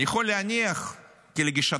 אני יכול להניח כי לגישתו,